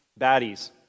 baddies